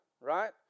Right